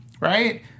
Right